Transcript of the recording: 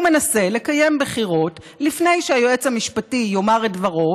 הוא מנסה לקיים בחירות לפני שהיועץ המשפטי יאמר את דברו,